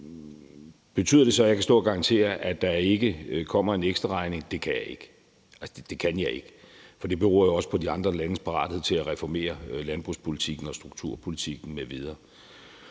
Betyder det så, at jeg kan stå og garantere, at der ikke kommer en ekstraregning? Nej, det kan jeg ikke – det kan jeg ikke. Det beror jo også på de andre landes parathed til at reformere landbrugspolitikken og strukturpolitikken m.v.